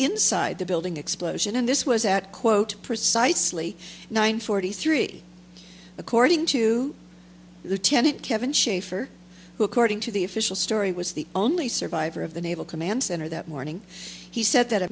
inside the building explosion in this was at quote precisely nine forty three according to the tenant kevin schaefer who according to the official story was the only survivor of the naval command center that morning he said that